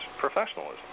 professionalism